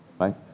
Right